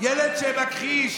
ילד שמכחיש,